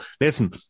listen